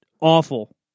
awful